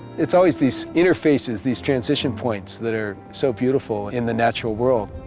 it's always these interfaces, these transition points that are so beautiful in the natural world.